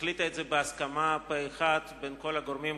החליטה בהסכמה פה-אחד בין כל הגורמים,